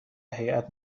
هیات